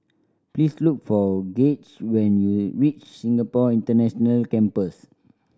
please look for Gaige when you reach Singapore International Campus